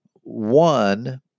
one